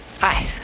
Hi